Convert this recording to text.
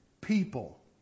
people